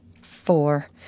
Four